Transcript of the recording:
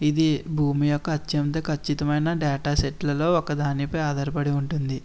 ఇది భూమి యొక్క అత్యంత ఖచ్చితమైన డేటాసెట్లలో ఒకదానిపై ఆధారపడి ఉంటుంది